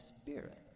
spirit